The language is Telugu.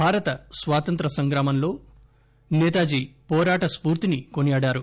భారత స్వాతంత్ర్య సంగ్రామంలో నేతాజీ పోరాట స్ఫూర్తిని కొనియాడారు